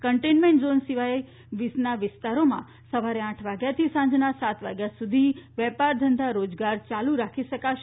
containment zone સિવાય વિસ્તારમાં સવારના આઠ વાગ્યાથી સાંજના સાત વાગ્યા સુધી વેપાર ધંધા રોજગાર યાલુ રાખી શકાશે